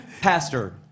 Pastor